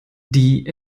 die